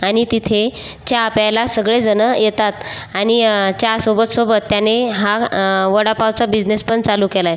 आणि तिथे चहा प्यायला सगळेजण येतात आणि चहासोबत सोबत त्याने हा वडापावचा बिझनेस पण चालू केला आहे